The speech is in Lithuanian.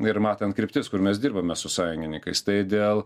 ir matant kryptis kur mes dirbame su sąjungininkais tai dėl